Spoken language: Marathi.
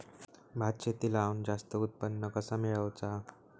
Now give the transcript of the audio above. भात शेती लावण जास्त उत्पन्न कसा मेळवचा?